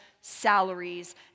salaries